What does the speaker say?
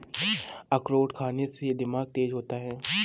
अखरोट खाने से दिमाग तेज होता है